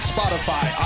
Spotify